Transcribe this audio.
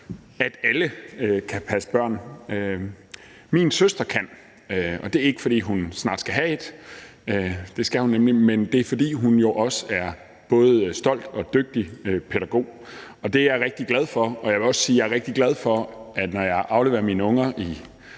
at alle kan passe børn. Min søster kan, og det er ikke, fordi hun snart skal have et, for det skal hun nemlig, men det er jo også, fordi hun er en både stolt og dygtig pædagog, og det er jeg rigtig glad for, og jeg vil også sige, at jeg er rigtig glad for, at jeg, når jeg afleverer mine unger i